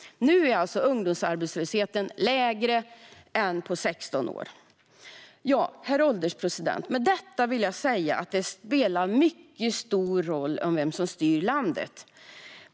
Nu är alltså ungdomsarbetslösheten lägre än på 16 år. Herr ålderspresident! Med detta vill jag säga att det spelar mycket stor roll vem som styr landet.